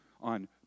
on